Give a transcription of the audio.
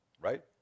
Right